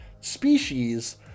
species